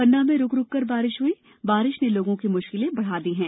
पन्ना में रूक रूककर हुई बारिश ने लोगों की मुश्किलें बढ़ा दी हैं